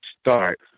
start